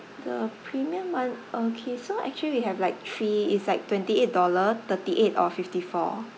the premium one okay so actually we have like three is like twenty eight dollar thirty eight or fifty four